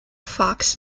fox